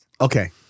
Okay